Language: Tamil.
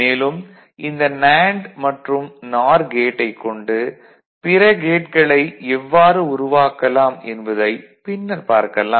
மேலும் இந்த நேண்டு மற்றும் நார் கேட்டைக் கொண்டு பிற கேட்களை எவ்வாறு உருவாக்கலாம் என்பதைப் பின்னர் பார்க்கலாம்